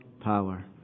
power